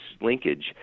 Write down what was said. linkage